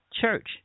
church